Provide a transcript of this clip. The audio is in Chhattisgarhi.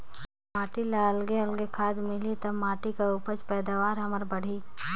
माटी ल अलगे अलगे खाद मिलही त माटी कर उपज पैदावार हमर बड़ही